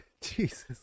Jesus